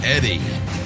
Eddie